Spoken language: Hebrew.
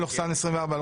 התשפ"א-2021,